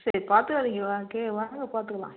சரி பார்த்துக்கலாம் நீங்கள் வாங் வாங்க பார்த்துக்கலாம்